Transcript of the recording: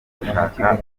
gushaka